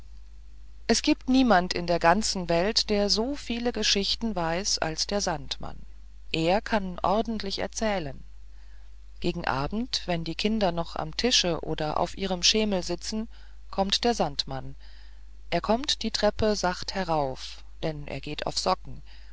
es giebt niemand in der ganzen welt der so viele geschichten weiß als der sandmann er kann ordentlich erzählen gegen abend wenn die kinder noch am tische oder auf ihrem schemel sitzen kommt der sandmann er kommt die treppe sachte herauf denn er geht auf socken